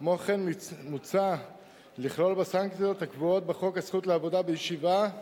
כמו כן מוצע לכלול בסנקציות הקבועות בחוק הזכות לעבודה בישיבה,